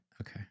Okay